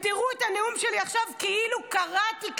תראו את הנאום שלי עכשיו כאילו קרעתי",